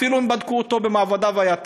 אפילו אם בדקו אותו במעבדה והוא היה תקין.